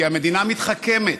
כי המדינה מתחכמת: